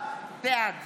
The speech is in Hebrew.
בעד